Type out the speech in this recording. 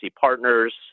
partners